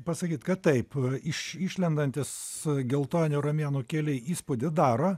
pasakyt kad taip iš išlendantys geltoni romėnų keliai įspūdį daro